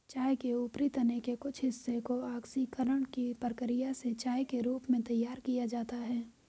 चाय के ऊपरी तने के कुछ हिस्से को ऑक्सीकरण की प्रक्रिया से चाय के रूप में तैयार किया जाता है